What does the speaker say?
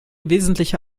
wesentliche